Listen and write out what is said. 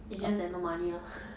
it's just that no money orh